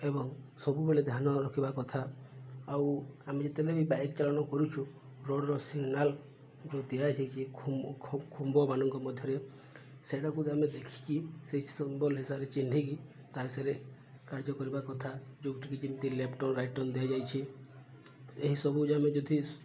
ଏବଂ ସବୁବେଳେ ଧ୍ୟାନ ରଖିବା କଥା ଆଉ ଆମେ ଯେତେବେଳେ ବି ବାଇକ୍ ଚାଳନ କରୁଛୁ ରୋଡ଼ର ସିଗନାଲ୍ ଯେଉଁ ଦିଆଯାଇଛି ଖୁମ୍ବ ମାନଙ୍କ ମଧ୍ୟରେ ସେଟାକୁ ଆମେ ଦେଖିକି ସେଇ ହିସାବରେ ଚିହ୍ନିକି ତା' ସେରେ କାର୍ଯ୍ୟ କରିବା କଥା ଯେଉଁଠିକି ଯେମିତି ଲେଫ୍ଟ ଟର୍ଣ୍ଣ ରାଇଟ୍ ଟର୍ଣ୍ଣ ଦିଆଯାଇଛି ଏହିସବୁ ଆମେ ଯଦି